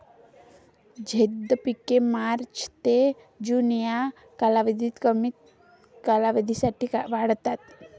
झैद पिके मार्च ते जून या कालावधीत कमी कालावधीसाठी वाढतात